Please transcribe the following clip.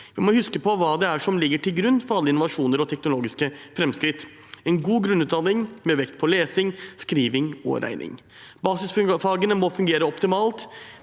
Vi må huske på hva det er som ligger til grunn for alle innovasjoner og teknologiske framskritt: en god grunnutdanning med vekt på lesing, skriving og regning. Basisfagene må fungere optimalt.